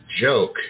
joke